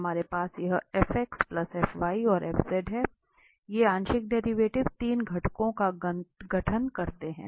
हमारे पास यहाँ है ये आंशिक डेरिवेटिव 3 घटकों का गठन करते हैं